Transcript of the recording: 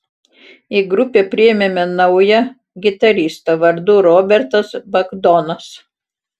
į grupę priėmėme naują gitaristą vardu robertas bagdonas